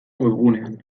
webgunean